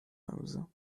hause